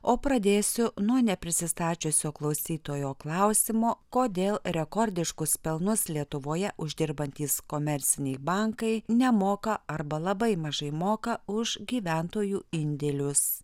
o pradėsiu nuo neprisistačiusio klausytojo klausimo kodėl rekordiškus pelnus lietuvoje uždirbantys komerciniai bankai nemoka arba labai mažai moka už gyventojų indėlius